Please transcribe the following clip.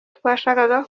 twashakaga